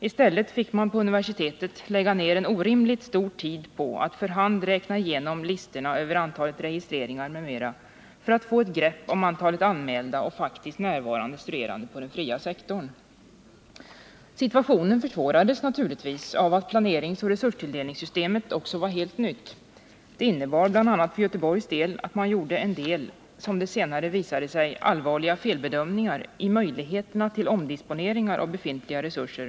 I stället fick man på universitetet använda orimligt lång tid på att för hand räkna igenom listorna över antalet registreringar m.m. för att få ett grepp om antalet anmälda och faktiskt närvarande studerande på den fria sektorn. Situationen försvårades naturligtvis av att planeringsoch resurstilldel ningssystemet också var helt nytt. Detta innebar bl.a. för Göteborgs del att Nr 61 man gjorde några — som det senare visade sig — allvarliga felbedömningar när Onsdagen den det gäller möjligheterna till omdisponeringar av befintliga resurser.